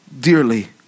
dearly